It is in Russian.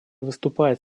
выступает